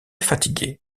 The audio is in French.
fatigué